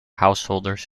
householders